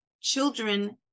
children